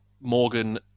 Morgan